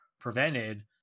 prevented